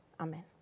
Amen